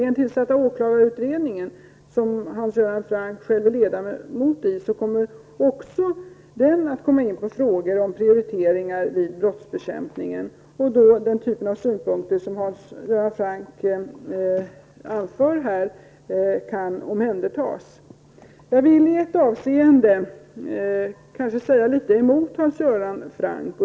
Göran Franck själv är ledamot i, skall också komma in på frågor om prioriteringar vid brottsbekämpningen, varvid den typ av synpunkter som Hans Göran Franck anför här kan omhändertas. I ett avseende vill jag något säga emot Hans Göran Franck.